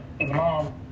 mom